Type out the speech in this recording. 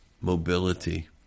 mobility